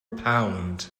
pound